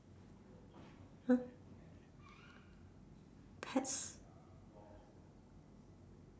pets